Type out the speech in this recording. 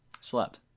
Slept